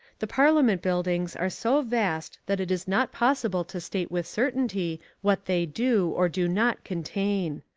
the parliament buildings are so vast that it is not possible to state with certainty what they do, or do not, contain.